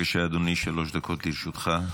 בבקשה, אדוני, שלוש דקות לרשותך.